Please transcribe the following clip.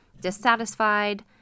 dissatisfied